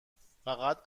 فقط